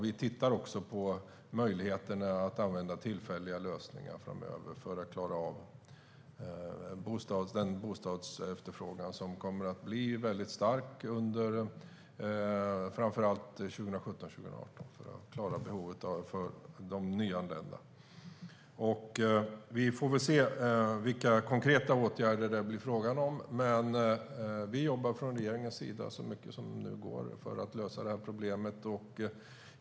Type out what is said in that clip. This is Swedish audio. Vi tittar också på möjligheterna att använda tillfälliga lösningar för att man ska klara av efterfrågan på bostäder som kommer att bli väldigt stor under framför allt 2017-2018, om man ska klara behovet av bostäder för de nyanlända. Vi får se vilka konkreta åtgärder det blir fråga om. Men vi från regeringen jobbar nu så mycket som det går för att lösa problemet.